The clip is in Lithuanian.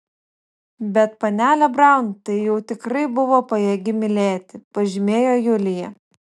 bet panelė braun tai jau tikrai buvo pajėgi mylėti pažymėjo julija